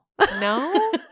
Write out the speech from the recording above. No